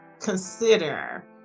consider